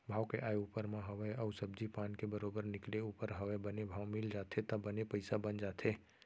भाव के आय ऊपर म हवय अउ सब्जी पान के बरोबर निकले ऊपर हवय बने भाव मिल जाथे त बने पइसा बन जाथे